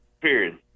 period